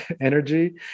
energy